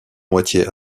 moitié